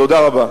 תודה רבה.